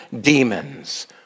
demons